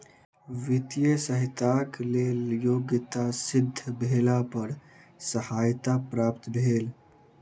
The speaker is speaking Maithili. वित्तीय सहयताक लेल योग्यता सिद्ध भेला पर सहायता प्राप्त भेल